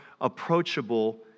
approachable